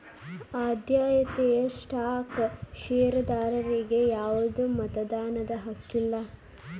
ಆದ್ಯತೆಯ ಸ್ಟಾಕ್ ಷೇರದಾರರಿಗಿ ಯಾವ್ದು ಮತದಾನದ ಹಕ್ಕಿಲ್ಲ